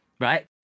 right